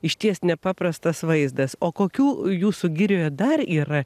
išties nepaprastas vaizdas o kokių jūsų girioje dar yra